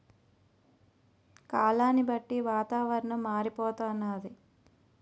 కాలాన్ని బట్టి వాతావరణం మారిపోతన్నాది